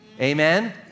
Amen